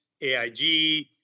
AIG